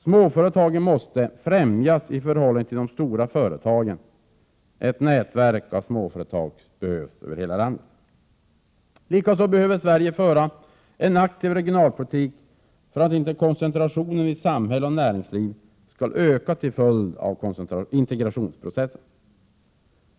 Småföretagen måste främjas i förhållande till de stora företagen. Ett nätverk av småföretag behövs över hela landet. 73 Likaså behöver Sverige föra en aktiv regionalpolitik för att inte koncentrationen i samhälle och näringsliv skall öka till följd av integrationsprocessen.